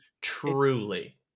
truly